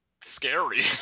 scary